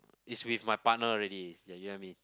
is with my partner already ya you know what I mean